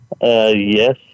yes